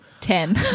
Ten